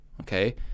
okay